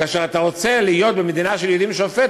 וכאשר אתה רוצה להיות במדינה של יהודים שופט,